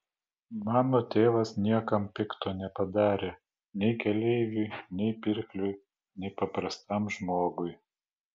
mano tėvas niekam pikto nepadarė nei keleiviui nei pirkliui nei paprastam žmogui